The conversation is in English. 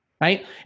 Right